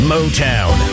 Motown